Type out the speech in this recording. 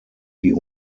die